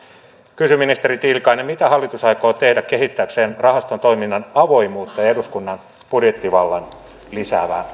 kysyn ministeri tiilikainen mitä hallitus aikoo tehdä kehittääkseen rahaston toiminnan avoimuutta ja eduskunnan budjettivaltaa lisäävää